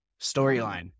storyline